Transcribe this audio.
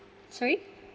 sorry